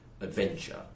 adventure